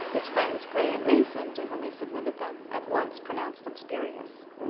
his friends, gray and mason, to whom he submitted them, at once pronounced them spurious.